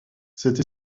cette